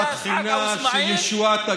נפתח את הדיון אם זה היה יצחק או איסמעיל?